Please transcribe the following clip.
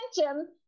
attention